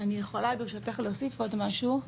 אני יכולה, ברשותך, להוסיף עוד משהו.